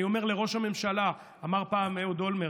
אני אומר לראש הממשלה, אמר פעם אהוד אולמרט,